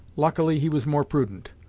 luckily he was more prudent.